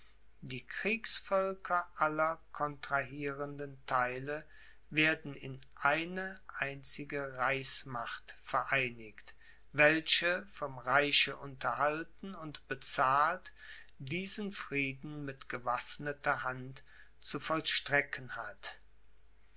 die kriegsvölker aller contrahierenden theile werden in eine einzige reichsmacht vereinigt welche vom reiche unterhalten und bezahlt diesen frieden mit gewaffneter hand zu vollstrecken hat